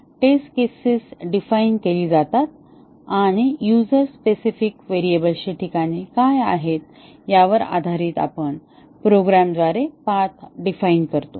तर test cases define केली जातात किंवा युझर स्पेसिफिक व्हेरिएबल्सची ठिकाणे काय आहेत यावर आधारित आपण प्रोग्रामद्वारे पाथ डिफाइन करतो